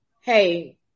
hey